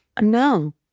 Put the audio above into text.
No